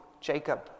Jacob